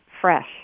fresh